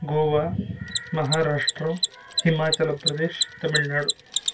गोवा महाराष्ट्रं हिमाचलप्रदेशः तमिळ्नाडु